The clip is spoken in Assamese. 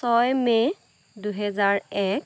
ছয় মে দুই হেজাৰ এক